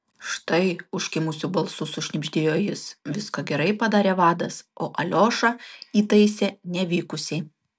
štai užkimusiu balsu sušnibždėjo jis viską gerai padarė vadas o aliošą įtaisė nevykusiai